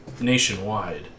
nationwide